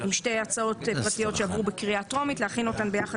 עם שתי הצעות פרטיות שעברו בקריאה טרומית; להכין אותן ביחד